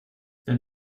denn